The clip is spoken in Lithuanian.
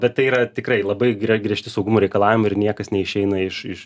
bet tai yra tikrai labai grie griežti saugumo reikalavimai ir niekas neišeina iš iš